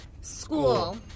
School